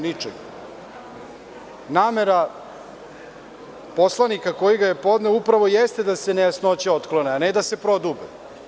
Namera poslanika koji ga je podneo upravo jeste da se nejasnoće otklone, a ne da se prodube.